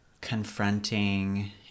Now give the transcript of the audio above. confronting